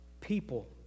people